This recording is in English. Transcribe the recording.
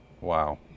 Wow